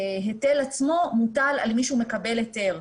ההיטל עצמו מוטל על מי שהוא מקבל היתר.